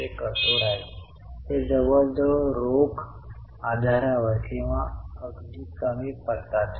ते कंसात आहे कारण वजा ही रोकड प्रवाहात घट आहे समजतंय का